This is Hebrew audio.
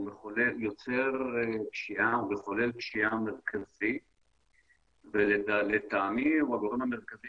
הוא מחולל פשיעה מרכזי ולטעמי הוא הגורם המרכזי